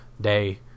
day